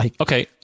Okay